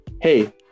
hey